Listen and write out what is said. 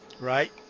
Right